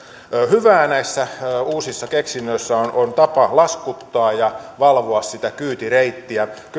hyvää näissä uusissa keksinnöissä on on tapa laskuttaa ja valvoa kyytireittiä